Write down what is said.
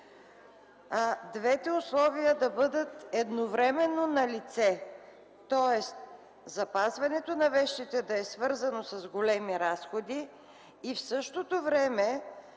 двете условия да бъдат едновременно налице – тоест запазването на вещите да е свързано с големи разходи и в същото време